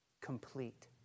complete